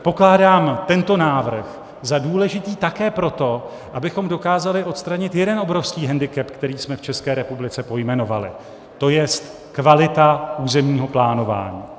Pokládám tento návrh za důležitý také proto, abychom dokázali odstranit jeden obrovský hendikep, který jsme v České republice pojmenovali, to jest, kvalita územního plánování.